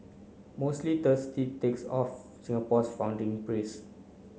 mostly thirsty takes of Singapore's founding prince